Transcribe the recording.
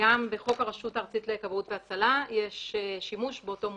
וגם בחוק הרשות הארצית לכבאות והצלה יש שימוש באותו מונח.